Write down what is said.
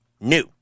new